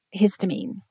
histamine